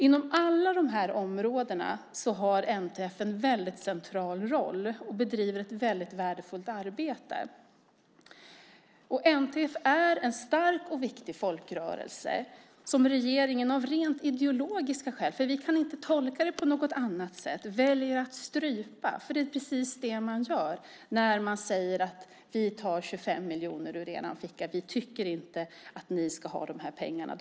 Inom alla de här områdena har NTF en väldigt central roll och bedriver ett väldigt värdefullt arbete. NTF är en stark och viktig folkrörelse som regeringen av rent ideologiska skäl - vi kan inte tolka det på något annat sätt - väljer att strypa. Det är precis det man gör när man säger: Vi tar 25 miljoner ur er ficka. Vi tycker inte att ni ska ha de här pengarna.